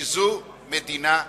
כי זו מדינה יהודית.